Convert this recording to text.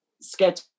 sketch